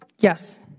Yes